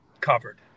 covered